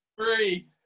three